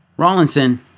Rawlinson